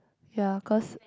ya cause